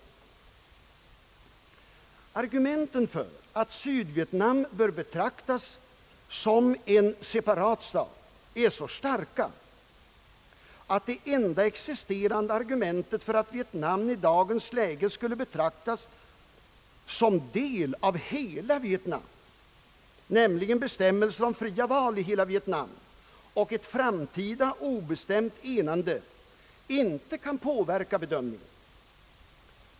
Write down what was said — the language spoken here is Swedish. Argumenten för att Sydvietnam bör betraktas såsom en separat stat är så starka, att de enda existerande motiven för att Sydvietnam i dagens läge skulle betraktas som en del av hela Vietnam, nämligen bestämmelser om fria val i hela Vietnam och ett framtida obestämt enande, inte kan påverka bedömningen.